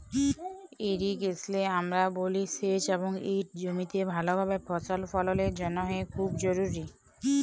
ইরিগেশলে আমরা বলি সেঁচ এবং ইট জমিতে ভালভাবে ফসল ফললের জ্যনহে খুব জরুরি